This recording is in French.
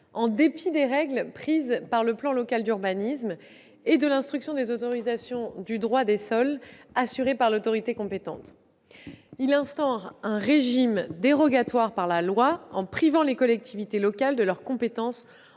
en dépit des règles prises par le plan local d'urbanisme et de l'instruction des autorisations du droit des sols assurée par l'autorité compétente. Serait instauré par la loi un régime dérogatoire, qui priverait les collectivités locales de leurs compétences